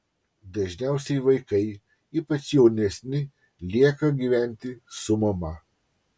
dažniausiai vaikai ypač jaunesni lieka gyventi su mama